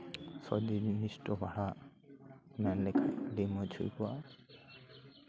ᱥᱚᱵᱽᱫᱤᱱ ᱱᱤᱨᱫᱤᱥᱴᱚ ᱵᱷᱟᱲᱟ ᱢᱮᱱᱞᱮᱠᱷᱟᱱ ᱟᱹᱰᱤ ᱢᱚᱡᱽ ᱦᱩᱭ ᱠᱚᱜᱼᱟ